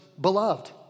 Beloved